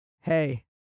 hey